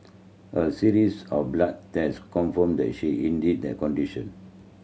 a series of blood test confirmed that she indeed the condition